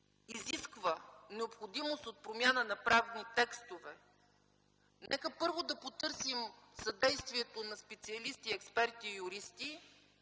изисква необходимост от промяна на правни текстове, нека първо да потърсим съдействието на специалисти, експерти и юристи,